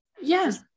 yes